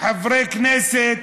חברי כנסת.